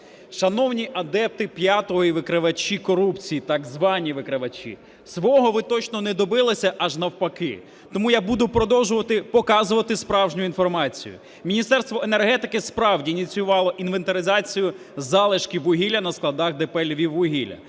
Шановні адепти "п'ятого" і викривачі корупції, так звані викривачі, свого ви точно не добилися, аж навпаки. Тому я буду продовжувати показувати справжню інформацію. Міністерство енергетики справді ініціювало інвентаризацію залишків вугілля на складах ДП "Львіввугілля".